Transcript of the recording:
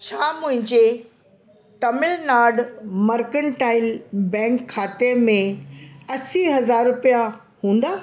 छा मुहिंजे Tamil Nadu mercantile bank खाते में असीं हज़ार रुपिया हूंदा